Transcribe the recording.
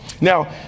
now